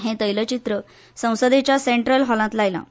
हें तैलचित्र संसदेच्या सेंट्रल हॉलांत लायलां